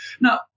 Now